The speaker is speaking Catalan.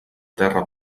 terra